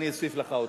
אני אוסיף לך אותה.